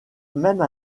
même